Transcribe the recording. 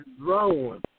rolling